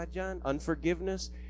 unforgiveness